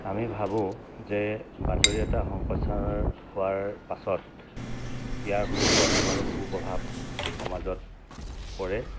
আমি ভাবোঁ যে বাতৰি এটা সম্প্ৰচাৰ হোৱাৰ পাছত ইয়াৰ সু প্ৰভাৱ আৰু কু প্ৰভাৱ সমাজত পৰে